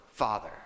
Father